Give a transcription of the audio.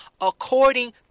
according